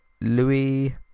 louis